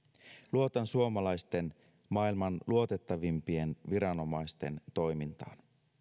luotan suomalaisten maailman luotettavimpien viranomaisten toimintaan